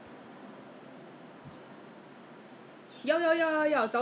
!huh! 我看 at least three times if not four times